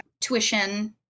tuition